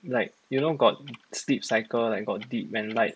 like you know got sleep cycle like got deep and light